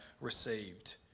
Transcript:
received